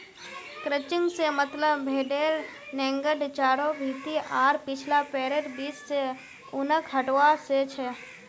crutching से मतलब भेडेर नेंगड चारों भीति आर पिछला पैरैर बीच से ऊनक हटवा से छ